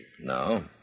No